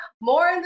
more